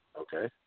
okay